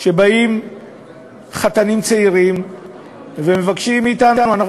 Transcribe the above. שבאים חתנים צעירים ומבקשים מאתנו אנחנו